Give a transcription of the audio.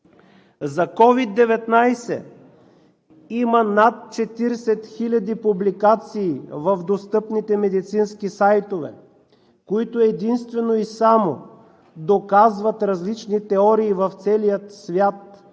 За COVID-19 има над 40 000 публикации в достъпните медицински сайтове, които единствено и само доказват различни теории в целия свят,